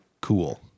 cool